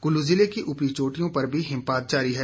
कुल्लू ज़िले की ऊपरी चोटियों पर भी हिमपात जारी है